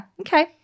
Okay